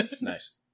Nice